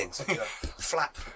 Flap